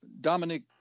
Dominic